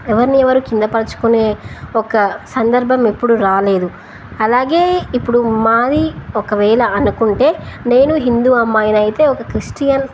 ఎవరిని ఎవరు కిందపరచుకునే ఒక సందర్భం ఎప్పుడు రాలేదు అలాగే ఇప్పుడు మాది ఒకవేళ అనుకుంటే నేను హిందూ అమ్మాయినయితే ఒక క్రిస్టియన్